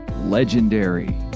legendary